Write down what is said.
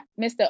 Mr